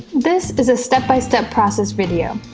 this is a step-by-step process video.